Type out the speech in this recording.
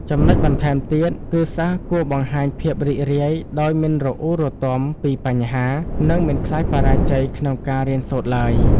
ចំណុចបន្ថែមទៀត គឺសិស្សគួរបង្ហាញភាពរីករាយដោយមិនរអ៊ូរទាំពីបញ្ហា និងមិនខ្លាចបរាជ័យក្នុងការរៀនសូត្រទ្បើយ។